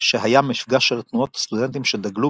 שהיה מפגש של תנועות סטודנטים שדגלו